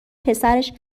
پسرش